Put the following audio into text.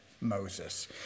Moses